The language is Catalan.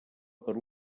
per